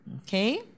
okay